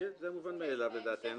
זה מובן מאליו, לדעתנו.